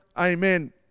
amen